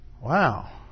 Wow